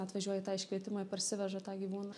atvažiuoja į tą iškvietimą ir parsiveža tą gyvūną